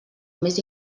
més